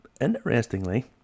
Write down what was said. interestingly